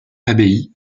abbaye